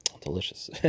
Delicious